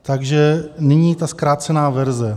Takže nyní ta zkrácená verze.